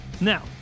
Now